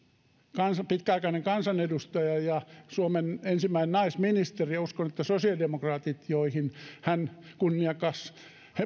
pitkäaikainen kansanedustaja ja suomen ensimmäinen naisministeri ja uskon että sosiaalidemokraatit joihin hän kunniakas